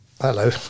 Hello